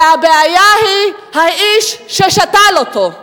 אלא הבעיה היא האיש ששתל אותו.